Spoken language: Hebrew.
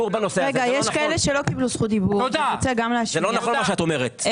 מה שאת אומרת.